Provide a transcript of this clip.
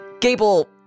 Gable